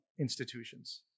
institutions